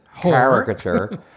caricature